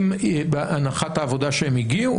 והנחת העבודה שהם הגיעו,